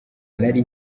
nari